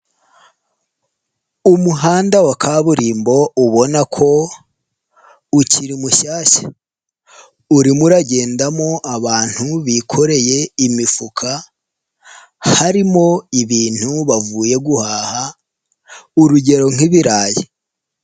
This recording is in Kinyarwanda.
Umuhanda wa kaburimbo, ubona ko ukiri mushyashya, urimo uragendamo abantu bikoreye imifuka, harimo ibintu bavuye guhaha, urugero nk'ibirayi.